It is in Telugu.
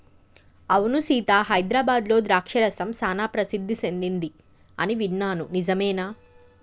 అవును సీత హైదరాబాద్లో ద్రాక్ష రసం సానా ప్రసిద్ధి సెదింది అని విన్నాను నిజమేనా